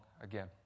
again